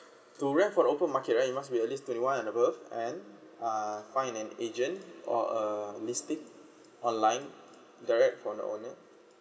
to rent for open market right you must at least twenty one and above and uh find an agent or a real estate online direct from the owner